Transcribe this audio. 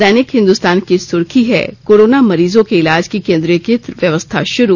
दैनिक हिंदुस्तान की सुर्खी है कोरोना मरीजों के इलाज की केन्द्रीकृत व्यवस्था शुरू